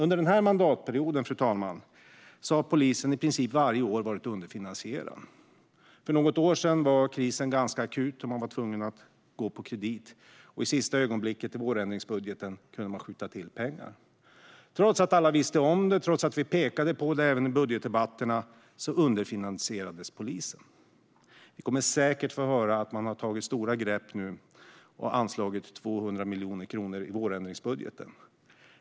Under den här mandatperioden, fru talman, har polisen varje år varit i princip underfinansierad. För något år sedan var krisen ganska akut, och man var tvungen att driva verksamheten på kredit. I sista ögonblicket, i vårändringsbudgeten, kunde man skjuta till pengar. Trots att vi alla visste om det, trots att vi pekade på det i budgetdebatterna, så underfinansierades polisen. Vi kommer säkert att få höra att man nu har tagit stora grepp och anslagit 200 miljoner kronor i vårändringsbudgeten.